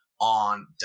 on